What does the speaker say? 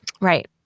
Right